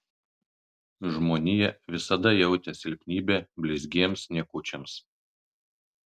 žmonija visada jautė silpnybę blizgiems niekučiams